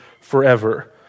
forever